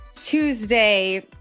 Tuesday